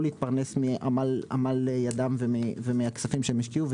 להתפרנס מעמל ידם ומהכספים שהם השקיעו,